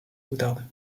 moutarde